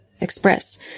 express